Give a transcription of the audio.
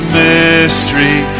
mystery